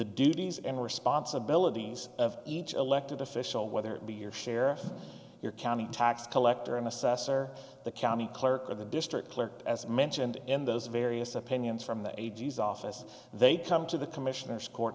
duties and responsibilities of each elektra official whether it be your share your county tax collector an assessor the county clerk or the district clerk as mentioned in those various opinions from the a g s office they come to the commissioners court